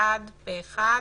בעד פה אחד.